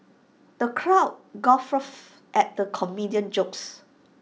the crowd guffawed at the comedian's jokes